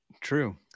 True